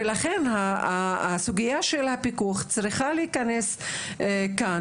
ולכן הסוגיה של הפיקוח צריכה להיכנס כאן